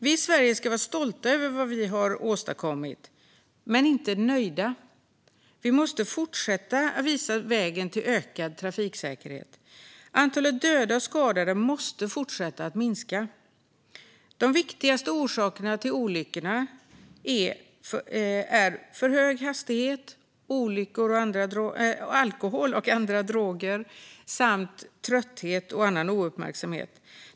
Vi i Sverige ska vara stolta över vad vi har åstadkommit, men inte nöjda. Vi måste fortsätta att visa vägen till ökad trafiksäkerhet. Antalet döda och skadade måste fortsätta att minska. De viktigaste orsakerna till olyckor är för hög hastighet, alkohol och andra droger samt trötthet och annan ouppmärksamhet.